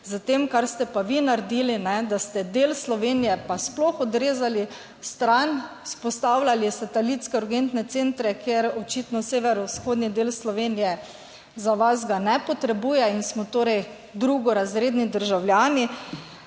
s tem, kar ste pa vi naredili, da ste del Slovenije pa sploh odrezali stran, vzpostavljali satelitske urgentne centre, kjer očitno severovzhodni del Slovenije za vas ga ne potrebuje in smo torej drugorazredni državljani,